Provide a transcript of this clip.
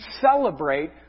celebrate